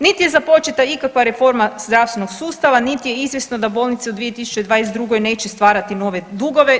Niti je započeta ikakva reforma zdravstvenog sustava, niti je izvjesno da bolnice u 2022. neće stvarati nove dugove.